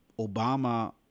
Obama